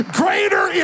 greater